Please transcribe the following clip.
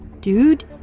Dude